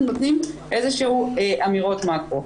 אנחנו נותנים איזה שהן אמירות מקרו.